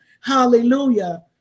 hallelujah